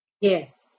Yes